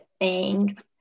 thanks